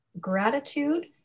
gratitude